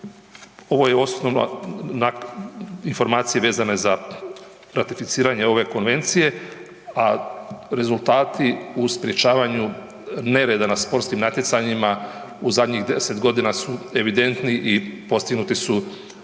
ovo je osnovna informacije vezane za ratificiranje ove konvencije, a rezultati u sprječavanju nereda na sportskim natjecanjima u zadnjih 10.g. su evidentni i postignuti su